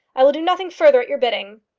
i will do nothing further at your bidding.